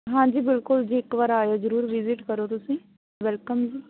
ਹਾਂਜੀ ਬਿਲਕੁਲ ਜੀ ਇੱਕ ਵਾਰ ਆਇਓ ਜ਼ਰੂਰ ਵਿਜਿਟ ਕਰੋ ਤੁਸੀਂ ਵੈਲਕਮ ਜੀ